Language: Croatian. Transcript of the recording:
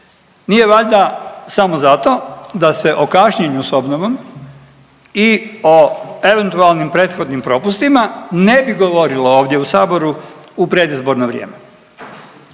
Nije valjda samo zato da se o kašnjenju s obnovom i o eventualnim prethodnim propustima, ne bi govorilo ovdje u saboru u predizborno vrijeme.